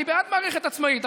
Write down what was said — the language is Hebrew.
אני בעד מערכת עצמאית,